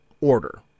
order